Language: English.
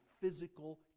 physical